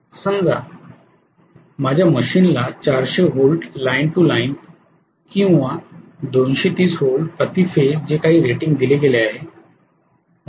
समजा माझ्या मशीनला 400 व्होल्ट लाइन टू लाईन किंवा 230 व्होल्ट प्रति फेजं जे काही रेटिंग दिले गेले आहे